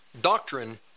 doctrine